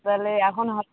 তাহলে এখন হবে